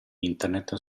internet